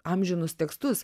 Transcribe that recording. amžinus tekstus